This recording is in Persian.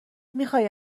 میخوای